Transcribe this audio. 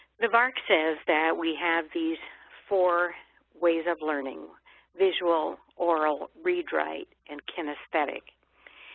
the vark says that we have these four ways of learning visual, aural, read write, and kinesthetic.